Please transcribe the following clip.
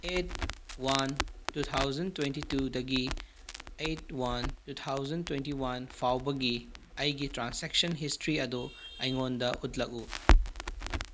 eight one two thousand twenty ꯋꯥꯟꯗꯒꯤ eight one two thousand twenty two ꯐꯥꯎꯕꯒꯤ ꯑꯩꯒꯤ transaction history ꯑꯗꯨ ꯑꯩꯉꯣꯟꯗ ꯎꯠꯂꯛꯎ